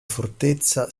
fortezza